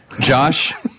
Josh